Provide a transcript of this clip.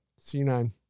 C9